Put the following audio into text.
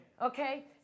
Okay